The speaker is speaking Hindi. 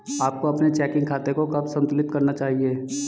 आपको अपने चेकिंग खाते को कब संतुलित करना चाहिए?